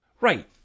right